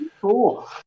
cool